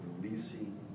releasing